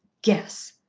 guess.